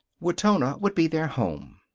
wetona would be their home.